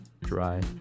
dry